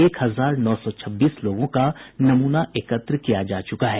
एक हजार नौ सौ छब्बीस लोगों का नमूना एकत्र किया गया है